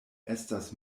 estas